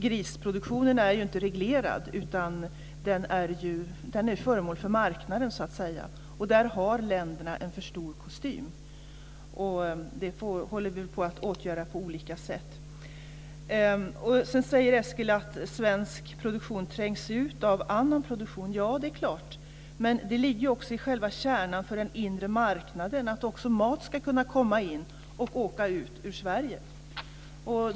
Grisproduktionen är inte reglerad, utan den är föremål för marknaden. Där har länderna en för stor kostym. Det håller vi på att åtgärda på olika sätt. Eskil Erlandsson säger att svensk produktion trängs ut av annan produktion. Ja, det är klart. Men det ligger i själva kärnan för den inre marknaden att också mat ska kunna komma in och åka ut ur Sverige.